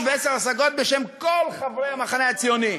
ועשר השגות בשם כל חברי המחנה הציוני.